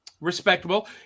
respectable